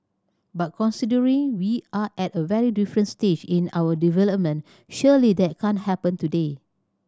but considering we are at a very different stage in our development surely that can't happen today